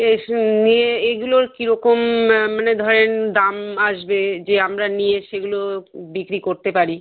এই সব নিয়ে এইগুলো কীরকম মানে ধরেন দাম আসবে যে আমরা নিয়ে সেগুলো বিক্রি করতে পারি